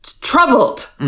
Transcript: Troubled